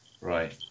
Right